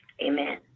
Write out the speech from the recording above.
amen